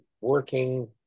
working